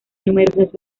numerosas